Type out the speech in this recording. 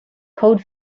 cold